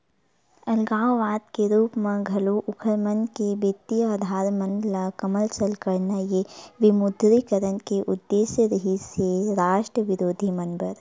अलगाववाद के रुप म घलो उँखर मन के बित्तीय अधार मन ल कमसल करना ये विमुद्रीकरन के उद्देश्य रिहिस हे रास्ट बिरोधी मन बर